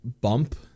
bump